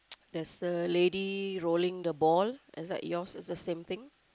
there's the lady rolling the ball is that yours is the same thing